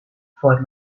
for